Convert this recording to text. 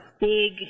big